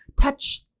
touch